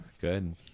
Good